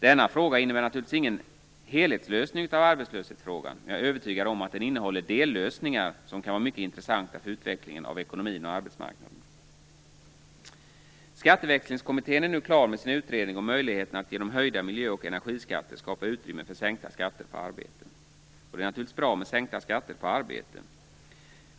Detta innebär naturligtvis ingen helhetslösning av arbetslöshetsfrågan, men jag är övertygad om att den innehåller dellösningar som kan vara mycket intressanta för utvecklingen av ekonomin och arbetsmarknaden. Skatteväxlingskommittén är nu klar med sin utredning om möjligheterna att genom höjda miljö och energiskatter skapa utrymme för sänkta skatter på arbete. Det vore naturligtvis bra med sänkta skatter på arbete.